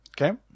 Okay